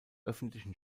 öffentlichen